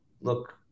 look